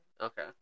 Okay